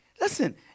Listen